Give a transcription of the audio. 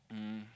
um